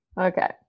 Okay